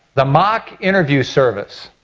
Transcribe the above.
the mock interview service